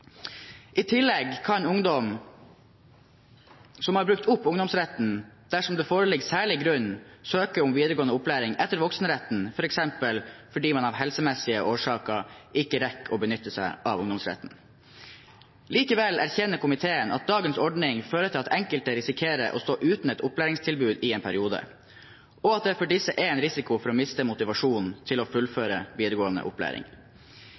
I tillegg kan ungdom som har brukt opp ungdomsretten – dersom det foreligger særlig grunn – søke om videregående opplæring etter voksenretten, f.eks. fordi man av helsemessige årsaker ikke rekker å benytte seg av ungdomsretten. Likevel erkjenner komiteen at dagens ordning fører til at enkelte risikerer å stå uten et opplæringstilbud i en periode, og at det for disse er en risiko for å miste motivasjonen til å fullføre videregående opplæring.